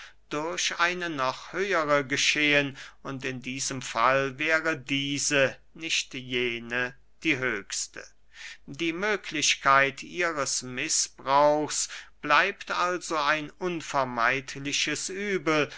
durch eine noch höhere geschehen und in diesem falle wäre diese nicht jene die höchste die möglichkeit ihres mißbrauchs bleibt also ein unvermeidliches übel